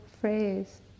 phrase